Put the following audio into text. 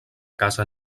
casa